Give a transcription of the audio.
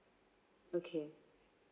okay